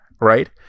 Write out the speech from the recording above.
right